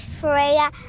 Freya